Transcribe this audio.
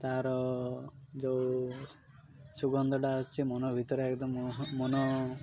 ତା'ର ଯେଉଁ ସୁଗନ୍ଧଟା ଆସୁଛି ମନ ଭିତରେ ଏକଦମ ମନ